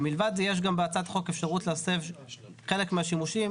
ומלבד זה יש גם בהצעת החוק אפשרות להסב חלק מהשימושים,